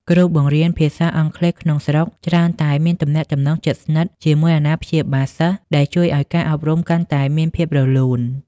គ្រូបង្រៀនភាសាអង់គ្លេសក្នុងស្រុកច្រើនតែមានទំនាក់ទំនងជិតស្និទ្ធជាមួយអាណាព្យាបាលសិស្ស ដែលជួយឱ្យការអប់រំកាន់តែមានភាពរលូន។